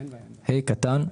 בסעיף קטן (ה)